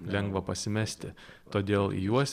lengva pasimesti todėl juos